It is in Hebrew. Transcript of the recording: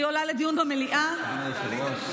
אני עולה לדיון במליאה, "אדוני היושב-ראש".